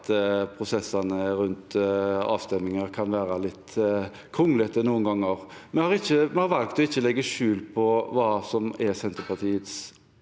at prosessene rundt avstemninger kan være litt kronglete noen ganger. Vi har valgt å ikke legge skjul på hva som er Senterpartiets